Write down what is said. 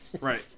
right